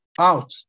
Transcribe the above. out